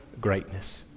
greatness